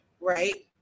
right